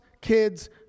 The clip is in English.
kids